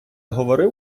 говорив